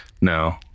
No